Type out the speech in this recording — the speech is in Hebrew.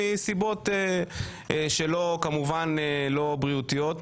מסיבות שלא כמובן לא בריאותיות.